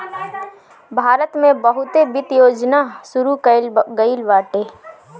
भारत में बहुते वित्त योजना शुरू कईल गईल बाटे